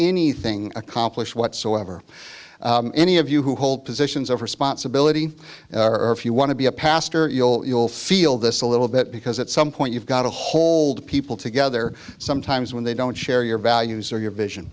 anything accomplished whatsoever any of you who hold positions of responsibility or if you want to be a pastor you'll you'll feel this a little bit because at some point you've got to hold people together sometimes when they don't share your values or your vision